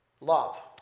Love